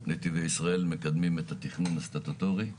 נתיבי ישראל מקדמים את התכנון הסטטוטורי.